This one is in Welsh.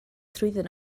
trwyddyn